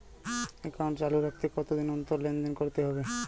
Account চালু রাখতে কতদিন অন্তর লেনদেন করতে হবে?